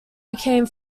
became